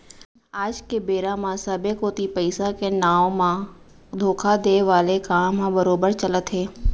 आज के बेरा म सबे कोती पइसा के नांव म धोखा देय वाले काम ह बरोबर चलत हे